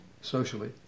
socially